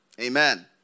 Amen